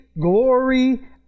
glory